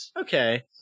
Okay